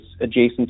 adjacent